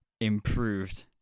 improved